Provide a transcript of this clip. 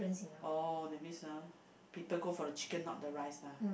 oh that means ah people go for the chicken not the rice lah